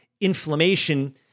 inflammation